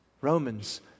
Romans